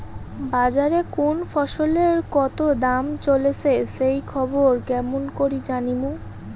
বাজারে কুন ফসলের কতো দাম চলেসে সেই খবর কেমন করি জানীমু?